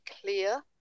clear